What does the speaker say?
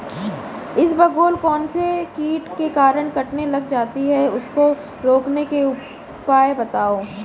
इसबगोल कौनसे कीट के कारण कटने लग जाती है उसको रोकने के उपाय बताओ?